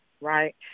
right